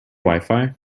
wifi